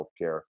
healthcare